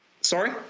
Sorry